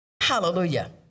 Hallelujah